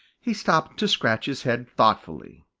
he stopped to scratch his head thoughtfully.